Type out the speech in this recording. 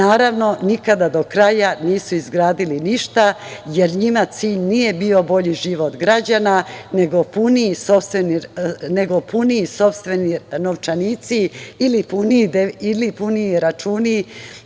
Naravno, nikada do kraja nisu izgradili ništa jer njima cilj nije bio bolji život građana, nego puniji sopstveni novčanici ili puniji računi